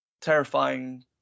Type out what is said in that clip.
terrifying